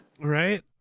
Right